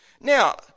Now